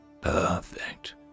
Perfect